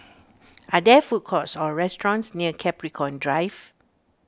are there food courts or restaurants near Capricorn Drive